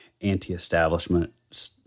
anti-establishment